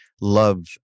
love